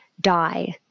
die